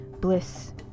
bliss